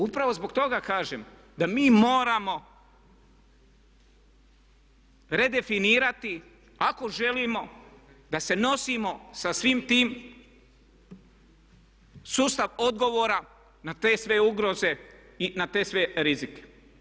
Upravo zbog toga kažem da mi moramo redefinirati ako želimo da se nosimo sa svim tim sustav odgovora na te sve ugroze i na te sve rizike.